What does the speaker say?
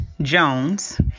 Jones